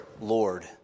Lord